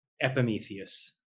Epimetheus